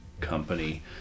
company